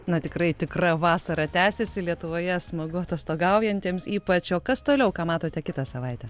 na tikrai tikra vasara tęsiasi lietuvoje smagu atostogaujantiems ypač o kas toliau ką matote kitą savaitę